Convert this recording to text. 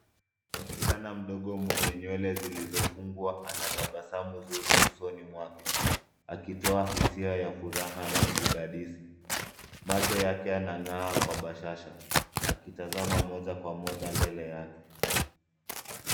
Msichana mdogo mwenye nywele zilizofungwa anatabasamu nzuri usoni mwake, akitoa hisia ya furaha na udadisi. Macho yake yanang'aa kwa bashasha. Akitazama moja kwa moja mbele yake.